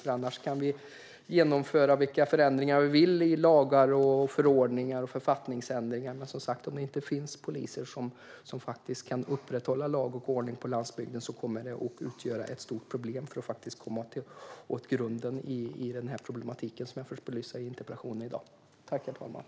Vi kan genomföra vilka förändringar vi vill i lagar, förordningar och författningar, men om det inte finns poliser som kan upprätthålla lag och ordning på landsbygden kommer det att utgöra ett stort problem när det gäller att komma åt grunden i den problematik som jag har försökt att belysa i interpellationen.